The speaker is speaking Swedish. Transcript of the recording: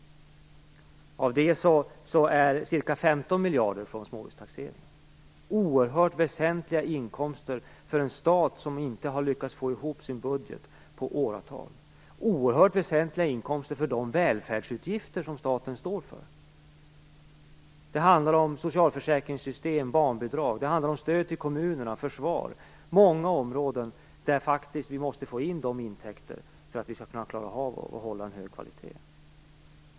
Av det kommer ca 15 miljarder från småhustaxeringen. Det är oerhört väsentliga inkomster för en stat som inte har lyckats få ihop sin budget på åratal. Det är oerhört väsentliga inkomster för de välfärdsutgifter som staten står för. Det handlar om socialförsäkringssystem, barnbidrag, stöd till kommunerna och försvaret, dvs. många områden där vi faktiskt måste få in dessa intäkter för att kunna klara av att hålla en hög kvalitet.